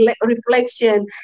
reflection